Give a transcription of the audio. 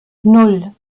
nan